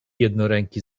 jednoręki